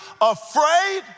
afraid